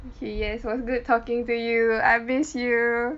okay yes was good talking to you I've missed you